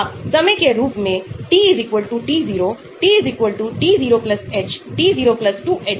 अगर R बहुत बड़ा है तो न्यूक्लियोफिलिक हमले बहुत मुश्किल है तो गतिविधि कम हो जाती है